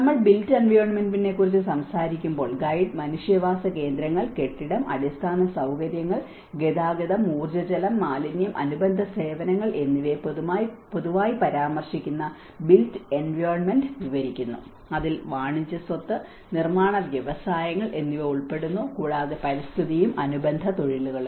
നമ്മൾ ബിൽറ്റ് എൻവയോണ്മെന്റിനെക്കുറിച്ചു സംസാരിക്കുമ്പോൾ ഗൈഡ് മനുഷ്യവാസ കേന്ദ്രങ്ങൾ കെട്ടിടം അടിസ്ഥാന സൌകര്യങ്ങൾ ഗതാഗതം ഊർജ്ജ ജലം മാലിന്യം അനുബന്ധ സേവനങ്ങൾ എന്നിവയെ പൊതുവായി പരാമർശിക്കുന്ന ബിൽറ്റ് എൻവയോണ്മെന്റ് വിവരിക്കുന്നു അതിൽ വാണിജ്യ സ്വത്ത് നിർമ്മാണ വ്യവസായങ്ങൾ എന്നിവ ഉൾപ്പെടുന്നു കൂടാതെ പരിസ്ഥിതിയും അനുബന്ധ തൊഴിലുകളും